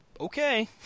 okay